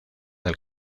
del